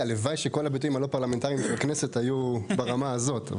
הלוואי שכל ההיבטים הלא פרלמנטריים בכנסת היו ברמה הזאת.